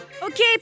Okay